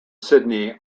sydney